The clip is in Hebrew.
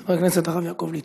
חבר הכנסת הרב יעקב ליצמן.